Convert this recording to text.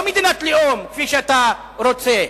ולא מדינת לאום כפי שאתה רוצה,